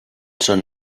són